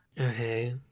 Okay